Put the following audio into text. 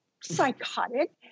psychotic